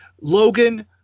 logan